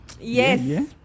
Yes